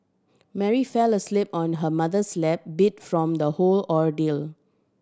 Mary fell asleep on her mother's lap beat from the whole ordeal